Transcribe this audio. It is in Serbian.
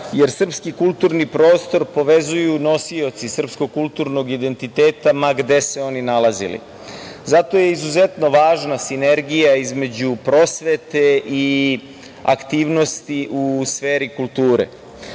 jer srpski kulturni prostor povezuju nosioci srpskog kulturnog identiteta ma gde se oni nalazili. Zato je izuzetno važna sinergija između prosvete i aktivnosti u sferi kulture. Moram